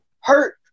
hurt